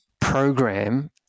program